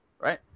Right